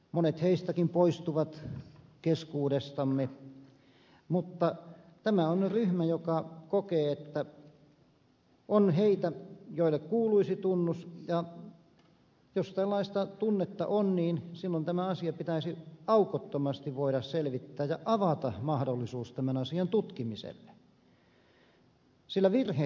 monet heistäkin kohta poistuvat keskuudestamme mutta tämä on ryhmä joka kokee että on niitä joille kuuluisi tunnus ja jos tällaista tunnetta on niin silloin tämä asia pitäisi aukottomasti voida selvittää ja avata mahdollisuus tämän asian tutkimiselle sillä virheitä voi sattua